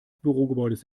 bürogebäudes